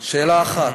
שאלה אחת: